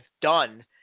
done